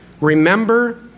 Remember